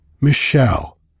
Michelle